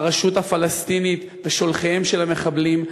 הרשות הפלסטינית ושולחיהם של המחבלים,